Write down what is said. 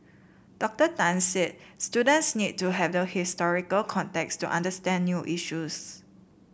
Doctor Tan said students need to have the historical context to understand new issues